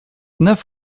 neuf